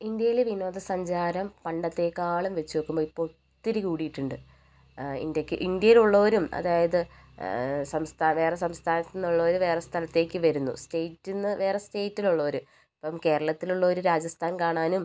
ഇന്ത്യയിലെ വിനോദസഞ്ചാരം പണ്ടത്തെക്കാളും വച്ചു നോക്കുമ്പോൾ ഇപ്പോൾ ഒത്തിരി കൂടിയിട്ടുണ്ട് ഇന്ത്യയ്ക്ക് ഇന്ത്യയിൽ ഉള്ളവരും അതായത് സംസ്ഥാനം വേറെ സംസ്ഥാനത്ത് നിന്നുള്ളവരും വേറെ സ്ഥലത്തേക്ക് വരുന്നു സ്റ്റേറ്റ്ന്ന് വേറെ സ്റ്റേറ്റിൽ ഉള്ളവര് ഇപ്പം കേരളത്തിൽ ഉള്ളവര് രാജസ്ഥാൻ കാണാനും